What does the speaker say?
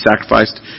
sacrificed